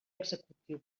executiu